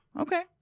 Okay